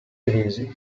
crisi